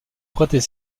prêter